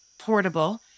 portable